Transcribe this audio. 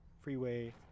freeway